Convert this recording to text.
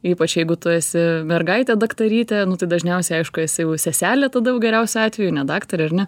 ypač jeigu tu esi mergaitė daktarytė nu tai dažniausia aišku esi jau seselė tada jau geriausiu atveju ne daktarė ar ne